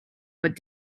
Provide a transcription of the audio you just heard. but